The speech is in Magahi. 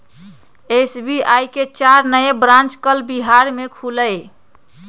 एस.बी.आई के चार नए ब्रांच कल बिहार में खुलय